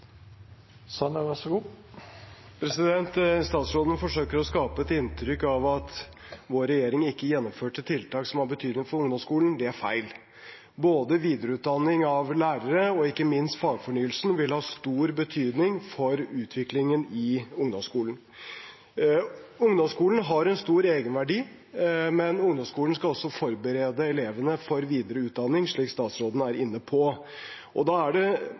Statsråden forsøker å skape et inntrykk av at vår regjering ikke gjennomførte tiltak som har betydning for ungdomsskolen. Det er feil. Både videreutdanning av lærere og, ikke minst, fagfornyelsen vil ha stor betydning for utviklingen i ungdomsskolen. Ungdomsskolen har en stor egenverdi, men ungdomsskolen skal også forberede elevene for videreutdanning, slik statsråden er inne på, og da er det